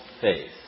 faith